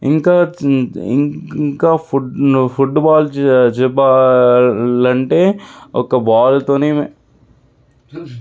ఇంకా ఇంకా food football చెప్పాలంటే ఒక బాల్తోనే